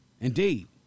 indeed